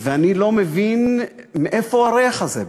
ואני לא מבין מאיפה הריח הזה בא.